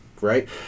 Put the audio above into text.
right